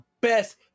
best